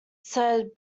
said